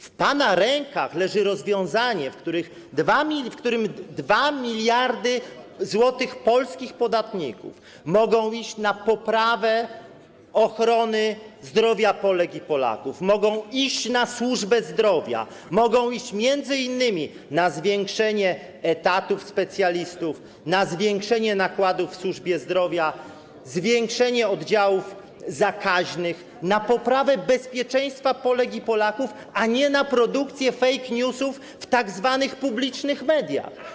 W pana rękach leży rozwiązanie, w przypadku którego 2 mld zł polskich podatników mogą iść na poprawę ochrony zdrowia Polek i Polaków, mogą iść na służbę zdrowia, mogą iść m.in. na zwiększenie liczby etatów specjalistów, na zwiększenie nakładów w służbie zdrowia, zwiększenie oddziałów zakaźnych, na poprawę bezpieczeństwa Polek i Polaków, a nie na produkcję fake newsów w tzw. publicznych mediach.